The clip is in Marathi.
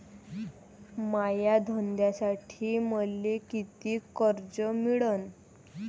माया धंद्यासाठी मले कितीक कर्ज मिळनं?